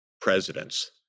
presidents